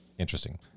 interesting